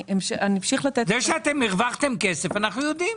את זה שהרווחתם כסף אנחנו יודעים.